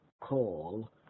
call